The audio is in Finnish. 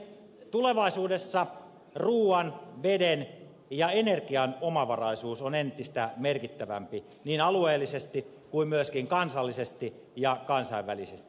tulevaisuudessa ruuan veden ja energian omavaraisuus on entistä merkittävämpi niin alueellisesti kuin myöskin kansallisesti ja kansainvälisesti